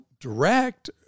direct